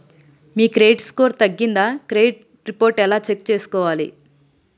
మీ credit score తగ్గిందా credit report ఎలా check చేసుకోవాలి?